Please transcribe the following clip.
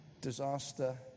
disaster